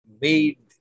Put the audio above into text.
made